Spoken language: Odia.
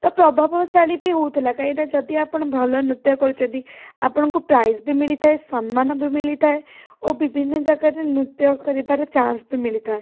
ତ ପ୍ରଭାବଶାଳୀ ବି ହେଉଥିଲା କାହିଁକିନା ଯଦି ଆପଣ ଭଲ ନୃତ୍ୟ କରୁଛନ୍ତି ଆପଣଙ୍କୁ ପ୍ରାଇଜ୍ ବି ମିଳିଥାଏ ସମ୍ମାନ ବି ମିଳିଥାଏ ଓ ବିଭିନ୍ନ ଜାଗାରେ ନୃତ୍ୟ କରିବାର ଚାନ୍ସ ବି ମିଳିଥାଏ